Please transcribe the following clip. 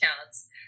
accounts